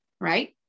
right